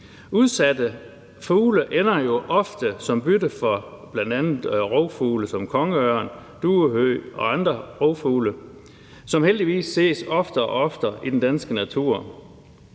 Udsatte fugle ender jo ofte som bytte for bl.a. rovfugle som kongeørn, duehøg og andre rovfugle, som heldigvis ses oftere og oftere i den danske natur.